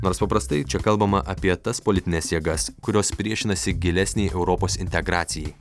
nors paprastai čia kalbama apie tas politines jėgas kurios priešinasi gilesnei europos integracijai